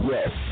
Yes